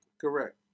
Correct